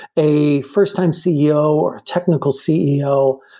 a first-time ceo or a technical ceo,